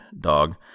dog